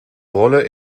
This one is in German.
rolle